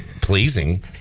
pleasing